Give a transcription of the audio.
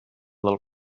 del